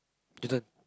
eaten